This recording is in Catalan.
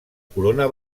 corona